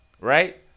right